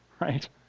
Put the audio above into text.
right